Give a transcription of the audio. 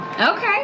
Okay